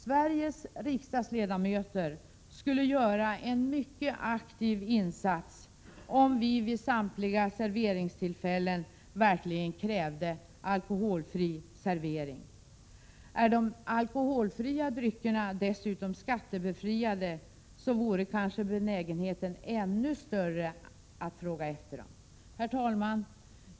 Sveriges riksdagsledamöter skulle göra en mycket aktiv insats, om de vid samtliga serveringstillfällen verkligen krävde alkoholfri servering. Är de alkoholfria dryckerna dessutom skattebefriade, vore kanske benägenheten att efterfråga dem ännu större. Herr talman!